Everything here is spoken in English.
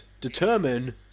determine